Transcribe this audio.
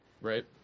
right